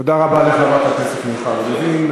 תודה רבה לחברת הכנסת מיכל רוזין.